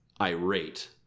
irate